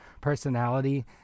personality